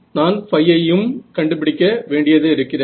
நான்ϕ ஐம் கண்டுபிடிக்க வேண்டியது இருக்கிறது